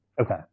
Okay